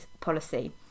policy